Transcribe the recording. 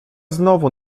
znowu